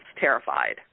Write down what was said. terrified